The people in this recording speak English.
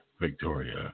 Victoria